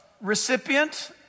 recipient